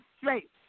straight